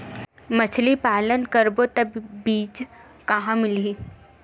मछरी पालन करबो त बीज कहां मिलही?